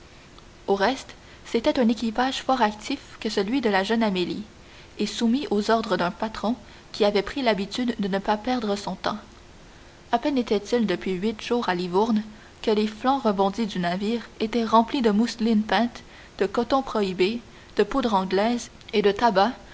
au reste c'était un équipage fort actif que celui de la jeune amélie et soumis aux ordres d'un patron qui avait pris l'habitude de ne pas perdre son temps à peine était-il depuis huit jours à livourne que les flancs rebondis du navire étaient remplis de mousselines peintes de cotons prohibés de poudre anglaise et de tabac